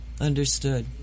Understood